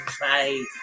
Bye